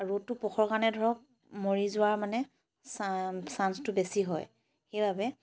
ৰ'দটো প্ৰখৰ কাৰণে ধৰক মৰি যোৱা মানে চাঞ্চ চাঞ্চটো বেছি হয় সেইবাবে